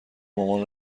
مامان